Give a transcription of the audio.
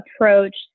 approach